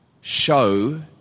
show